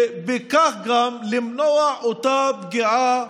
ובכך גם תימנע אותה הפגיעה